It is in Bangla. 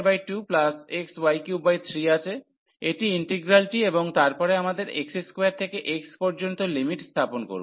আমাদের x2y22xy33 আছে এটি ইন্টিগ্রালটি এবং তারপরে আমাদের x2 থেকে x পর্যন্ত লিমিট স্থাপন করব